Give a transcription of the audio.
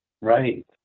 Right